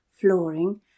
flooring